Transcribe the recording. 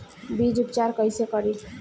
बीज उपचार कईसे करी?